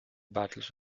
battles